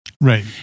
Right